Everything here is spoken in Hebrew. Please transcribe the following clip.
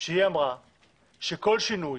היא אמרה שכל שינוי